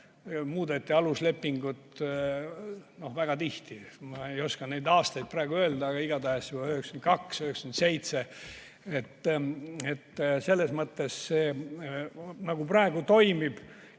muudeti aluslepingut väga tihti. Ma ei oska neid aastaid praegu öelda, aga igatahes juba 1992, 1997. Selles mõttes see nagu praegu toimib